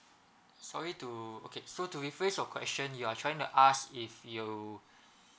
sorry to okay so to rephrase your question you are trying to ask if you